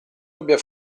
abbia